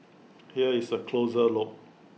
here is A closer look